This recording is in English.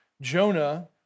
Jonah